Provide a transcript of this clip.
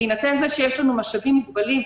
בהינתן זה שיש לנו משאבים מוגבלים,